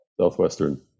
southwestern